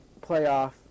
playoff